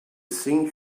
seen